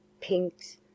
pinks